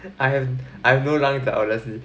I have I have no lungs lah honestly